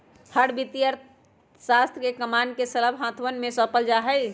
हर वित्तीय अर्थशास्त्र के कमान के सबल हाथवन में सौंपल जा हई